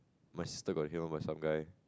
my sister got hit on some guys